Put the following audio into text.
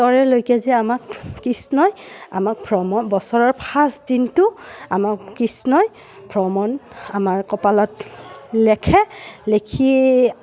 ত'ৰেলৈকে যে আমাক কৃষ্ণই আমাক ভ্ৰমণ বছৰৰ ফাৰ্ষ্ট দিনটো আমাক কৃষ্ণই ভ্ৰমণ আমাৰ কপালত লেখে লেখি